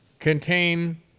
contain